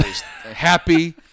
happy